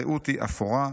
הרעות היא אפורה,